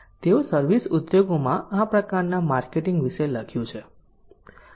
તેઓએ સર્વિસ ઉદ્યોગોમાં આ પ્રકારના માર્કેટિંગ વિશે લખ્યું છે